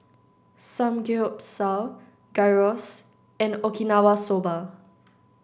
Samgeyopsal Gyros and Okinawa Soba